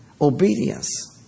obedience